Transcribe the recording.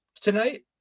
tonight